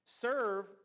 serve